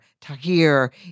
Tahir